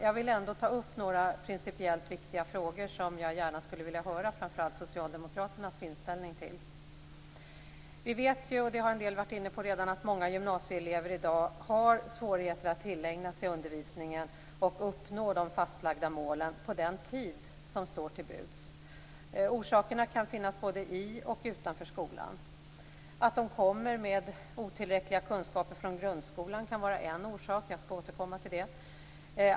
Jag vill ändå ta upp några principiellt viktiga frågor, som jag gärna skulle vilja höra framför allt Socialdemokraternas inställning till. Vi vet, som en del redan har varit inne på, att många gymnasieelever i dag har svårigheter att tillägna sig undervisningen och uppnå de fastlagda målen på den tid som står till buds. Orsakerna kan finnas både i och utanför skolan. Att de kommer med otillräckliga kunskaper från grundskolan kan vara en orsak. Jag skall återkomma till det.